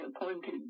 appointed